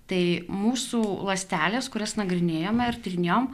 tai mūsų ląstelės kurias nagrinėjome ir tyrinėjom